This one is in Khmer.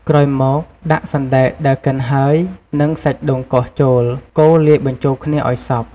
ក្រោយមក ដាក់សណ្ដែកដែលកិនហើយ និងសាច់ដូងកោសចូល កូរលាយបញ្ចូលគ្នាឲ្យសព្វ។